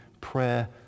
prayer